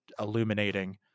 illuminating